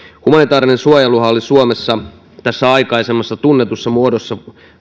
humanitaarinen suojeluhan oli suomessa tässä aikaisemmassa tunnetussa muodossa